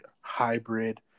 hybrid